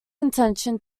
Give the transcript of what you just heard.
intention